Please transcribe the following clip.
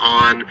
on